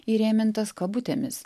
įrėmintas kabutėmis